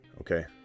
Okay